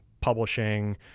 publishing